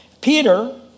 Peter